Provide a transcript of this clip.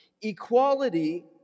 Equality